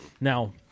Now